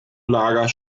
lager